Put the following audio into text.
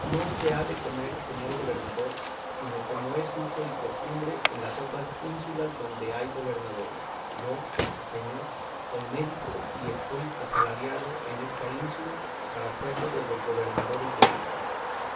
no se ha de comer señor gobernador sino como es uso y costumbre en las otras ínsulas donde hay gobernadores yo señor soy médico y estoy asalariado en esta ínsula para serlo de los gobernadores della